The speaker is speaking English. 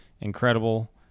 Incredible